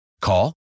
Call